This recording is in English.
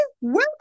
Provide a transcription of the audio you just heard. welcome